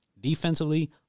defensively